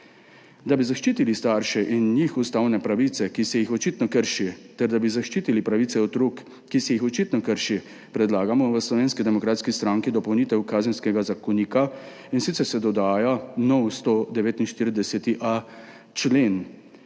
Da bi zaščitili starše in njihove ustavne pravice, ki se jih očitno krši, ter da bi zaščitili pravice otrok, ki se jih očitno krši, v Slovenski demokratski stranki predlagamo dopolnitev Kazenskega zakonika, in sicer se dodaja nov 149.a člen.